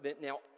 now